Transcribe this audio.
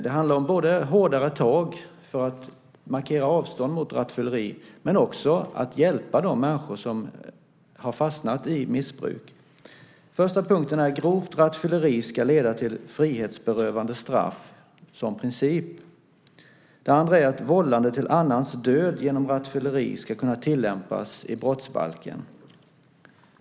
Det handlar om hårdare tag för att markera avstånd mot rattfylleri men också om att hjälpa de människor som har fastnat i missbruk. Det första gäller att grovt rattfylleri ska leda till frihetsberövande straff som princip. Det andra är att vållande till annans död genom rattfylleri ska kunna tillämpas i brottsbalken.